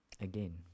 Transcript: Again